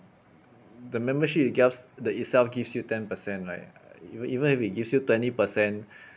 the membership itself the itself gives you ten per cent right even even if it gives you twenty per cent